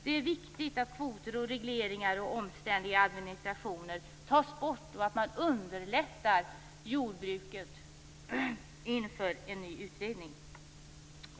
Det är väsentligt att kvoter, regleringar och omständlig administration tas bort och att man underlättar för jordbruket inför en ny utvidgning.